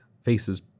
faces